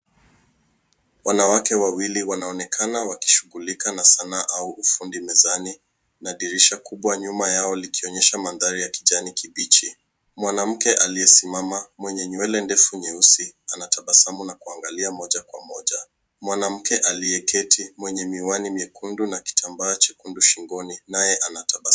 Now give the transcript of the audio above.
Wanawake wawili wanaonekana wakishughulika na sanaa au ufundi mezani na dirisha kubwa nyuma yao likionyesha mandhari ya kijani kibichi. Mwanamke aliyesimama, mwenye nywele ndefu nyeusi, anatabasamu na kuangalia moja kwa moja. Mwanamke aliyeketi, mwenye miwani miekundu na kitambaa chekundu shingoni, naye anatabasamu.